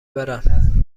برم